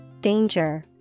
danger